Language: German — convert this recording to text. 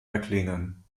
erklingen